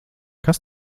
kas